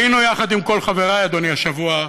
אדוני, היינו יחד עם כל חברי השבוע במע'אר,